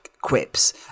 quips